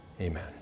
Amen